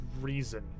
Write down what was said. reason